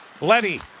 Letty